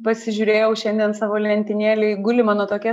pasižiūrėjau šiandien savo lentynėlėj guli mano tokia